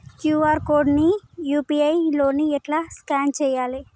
QR code ని UPI తోని ఎట్లా స్కాన్ చేయాలి?